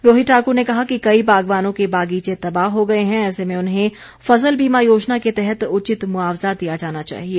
रोहित ठाकुर ने कहा कि कई बागवानों के बागीचे तबाह हो गए हैं ऐसे में उन्हें फसल बीमा योजना के तहत उचित मुआवजा दिया जाना चाहिए